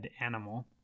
animal